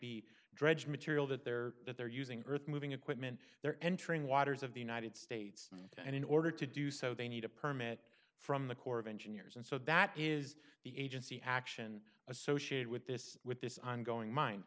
be dredge material that they're that they're using earthmoving equipment they're entering waters of the united states and in order to do so they need a permit from the corps of engineers and so that is the agency action associated with this with this ongoing min